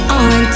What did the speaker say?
on